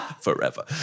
Forever